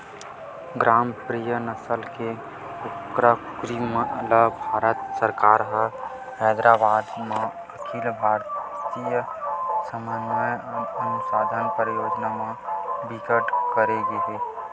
ग्रामप्रिया नसल के कुकरा कुकरी ल भारत सरकार ह हैदराबाद म अखिल भारतीय समन्वय अनुसंधान परियोजना म बिकसित करे गे हे